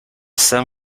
san